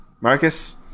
Marcus